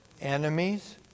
enemies